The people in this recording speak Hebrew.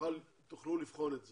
תוכלו לבחון את זה.